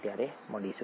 ત્યારે મળીશું